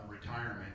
retirement